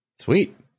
Sweet